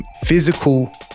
physical